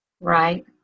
Right